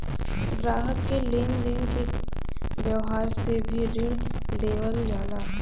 ग्राहक के लेन देन के व्यावहार से भी ऋण देवल जाला